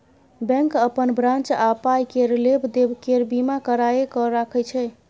bank अपन branch आ पाइ केर लेब देब केर बीमा कराए कय राखय छै